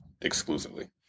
exclusively